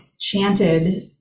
chanted